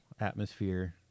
atmosphere